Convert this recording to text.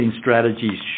strategies